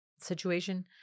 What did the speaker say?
situation